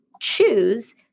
choose